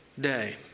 day